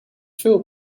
veel